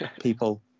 people